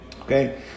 okay